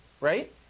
right